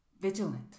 Vigilant